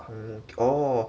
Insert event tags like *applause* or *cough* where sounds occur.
*noise* oh